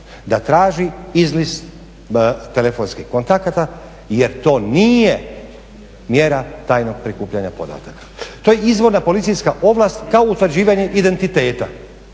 da traži izlist telefonskih kontakata jer to nije mjera tajnog prikupljanja podataka. To je izvorna policijska ovlast kao usađivanje identiteta.